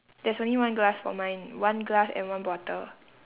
there's only one glass for mine one glass and one bottle